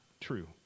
true